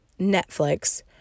Netflix